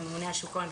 הממונה על שוק ההון,